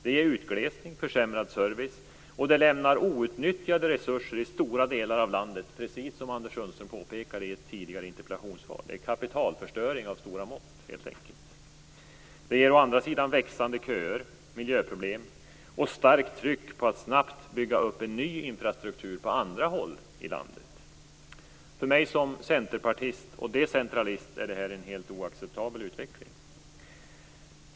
Det ger utglesning, försämrad service, och lämnar outnyttjade resurser i stora delar av landet - precis som Anders Sundström påpekade i ett tidigare interpellationssvar. Det är kapitalförstöring av stora mått. Det blir å andra sidan växande köer, miljöproblem och starkt tryck på att snabbt bygga upp en ny infrastruktur på andra håll i landet. För mig som centerpartist och decentralist är detta en helt oacceptabel utveckling.